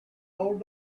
old